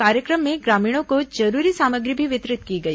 कार्यक्रम में ग्रामीणों को जरूरी सामग्री भी वितरित की गई